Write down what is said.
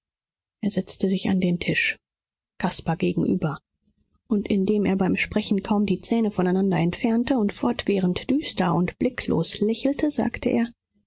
er setzte sich an den tisch caspar gegenüber und indem er beim sprechen kaum die zähne voneinander entfernte und fortwährend düster und blicklos lächelte sagte er